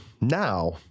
now